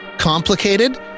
Complicated